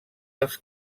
els